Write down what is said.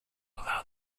allow